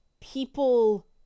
people